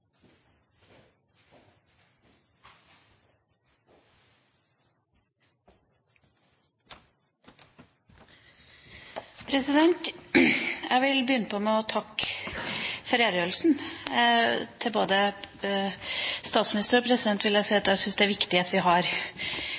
Jeg vil begynne med å takke for redegjørelsen. Til både statsministeren og presidenten vil jeg si at jeg syns det er viktig at vi har